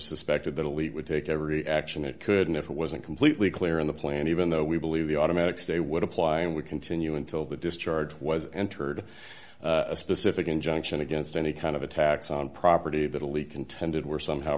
suspected that elite would take every action it could in if it wasn't completely clear in the plan even though we believe the automatic stay would apply and we continue until the discharge was entered a specific injunction against any kind of a tax on property that a leak intended were somehow